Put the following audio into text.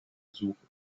suche